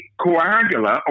coagula